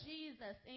Jesus